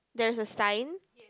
there's a sign